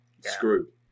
screwed